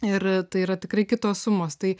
ir tai yra tikrai kitos sumos tai